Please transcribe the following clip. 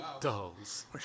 Dolls